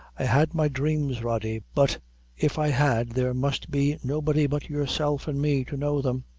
i had my dhrames, rody but if i had, there must be nobody but yourself and me to know them.